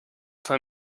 cinq